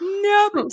Nope